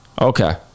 Okay